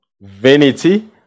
Vanity